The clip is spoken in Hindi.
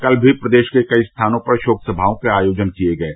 कल भी प्रदेश के कई स्थानों पर शोक समाओं के आयोजन किये गये